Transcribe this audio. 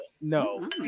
no